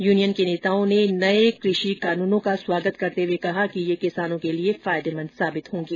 union के नेताओं ने नए कृषि कानूनों का स्वागत करते हुए कहा कि ये किसानों के लिए फायदेमंद साबित होंगे